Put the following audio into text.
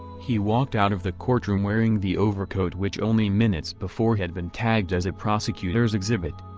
he walked out of the courtroom wearing the overcoat which only minutes before had been tagged as a prosecutor's exhibit.